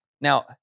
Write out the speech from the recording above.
Now